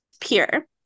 peer